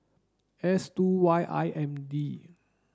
S two Y M I D